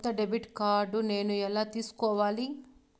కొత్త debit card నేను ఎలా తీసుకోవాలి?